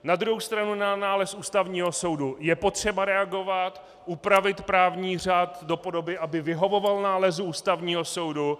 Na druhou stranu na nález Ústavního soudu je potřeba reagovat, upravit právní řád do podoby, aby vyhovoval nálezu Ústavního soudu.